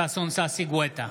ששון ששי גואטה,